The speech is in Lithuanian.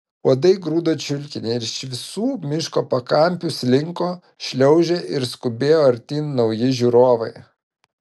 uodai grūdo čiulkinį ir iš visų miško pakampių slinko šliaužė ir skubėjo artyn nauji žiūrovai